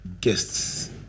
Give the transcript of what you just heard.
guests